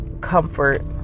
comfort